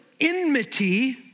enmity